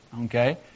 Okay